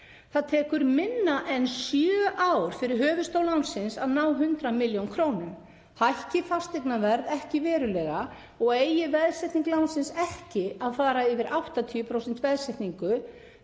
Það tekur minna en sjö ár fyrir höfuðstól lánsins að ná 100 millj. kr. Hækki fasteignaverð ekki verulega og eigi veðsetning lánsins ekki að fara yfir 80% veðsetningu